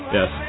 Yes